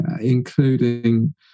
including